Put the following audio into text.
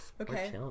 okay